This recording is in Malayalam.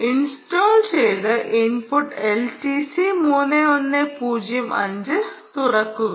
ഇൻസ്റ്റാൾ ചെയ്ത് ഇൻപുട്ട് LTC 3105 തുറക്കുക